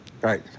Right